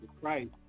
Christ